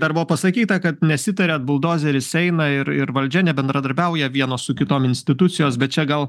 dar buvo pasakyta kad nesitariant buldozeris eina ir ir valdžia nebendradarbiauja vieno su kitom institucijos bet čia gal